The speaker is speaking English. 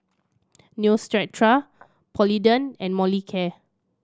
Neostrata Polident and Molicare